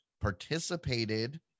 participated